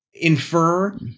infer